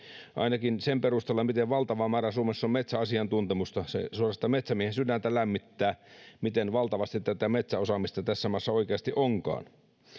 ainakin sen perusteella miten valtava määrä suomessa on metsäasiantuntemusta se suorastaan metsämiehen sydäntä lämmittää miten valtavasti metsäosaamista tässä maassa oikeasti onkaan